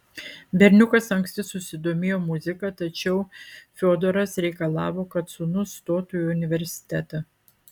berniukas anksti susidomėjo muzika tačiau fiodoras reikalavo kad sūnus stotų į universitetą